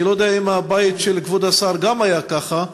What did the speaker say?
אני לא יודע אם הבית של כבוד השר גם היה ככה,